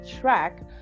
track